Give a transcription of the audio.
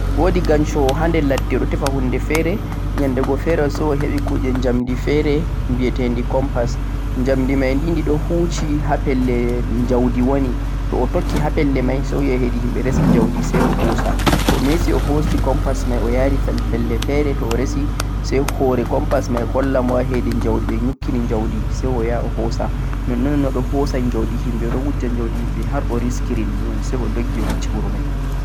woodi gancowo haa nder ladde o ɗo tefa huunde feere, nyannde go feere say o heɓi ku'ɗe njamndi feere ɓietede compas, njamndi may ɗiɗi ɗo hu'ci ha pelle njawdi woni; to o tokki ha pelle may say yahi heedi himɓe resi njawdi say o hoosa, to o meti o hoosi compas may o ya ri ha pelle feere to o resi say hoore compas may holla mo ha heedi njawɓe yukkini njawdi say o yaha o hoosa. Nonnon nonnon o ɗo hoosa njawdi himɓe, o ɗo wujja njawdi himɓe har o riskiri nonnon say o doggi o acci wuro may.